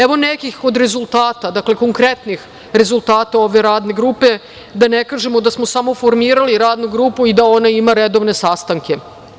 Evo nekih od rezultata, dakle konkretnih rezultata ove Radne grupe, da ne kažemo da smo samo formirali Radnu grupu i da ona ima redovne sastanke.